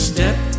Step